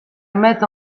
emet